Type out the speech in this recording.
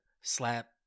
slap